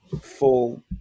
full